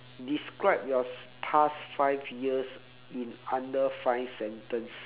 describe your past five years in under five sentence